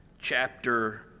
chapter